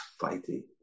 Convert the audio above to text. fighting